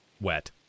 wet